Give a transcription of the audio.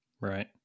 Right